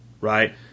right